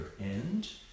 end